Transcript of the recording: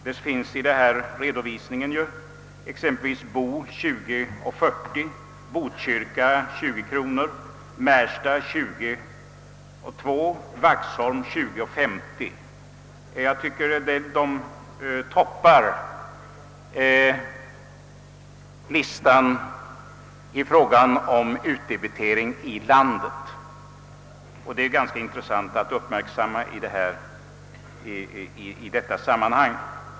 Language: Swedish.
Jag skall ta några exempel ur tabell 3 i utskottets utlåtande, nämligen Boo 20:40, Botkyrka 20:00, Märsta 20:02 och Vaxholm 20:50. De toppar listan över utdebiteringar i landet, vilket är ganska intressant att notera i detta sammanhang.